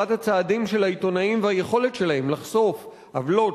הצעדים של העיתונאים והיכולת שלהם לחשוף עוולות,